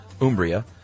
Umbria